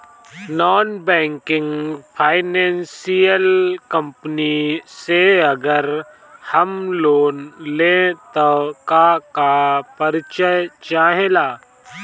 Non banking financial company से अगर हम लोन लि त का का परिचय चाहे ला?